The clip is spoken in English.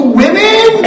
women